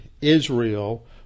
Israel